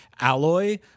Alloy